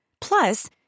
Plus